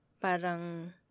parang